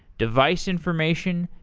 device information,